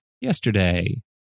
yesterday